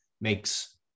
makes